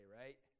right